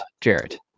Jared